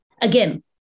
again